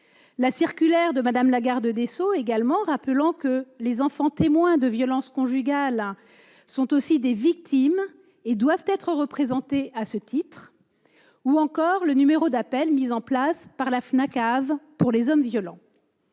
la circulaire de Mme la garde des sceaux rappelant que les enfants témoins de violences conjugales sont aussi des victimes et doivent être, à ce titre, représentés ; ou encore au numéro d'appel mis en place par la Fnacav pour les hommes violents.